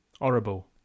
horrible